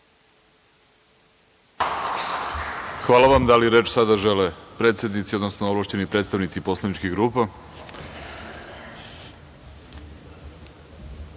Hvala vam. Da li reč sada žele predsednici, odnosno ovlašćeni predstavnici poslaničkih